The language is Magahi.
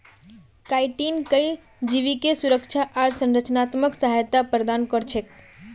काइटिन कई जीवके सुरक्षा आर संरचनात्मक सहायता प्रदान कर छेक